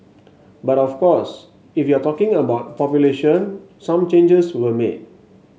but of course if you're talking about population some changes were made